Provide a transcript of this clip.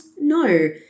no